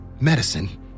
medicine